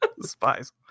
Spies